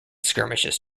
skirmishes